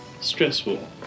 stressful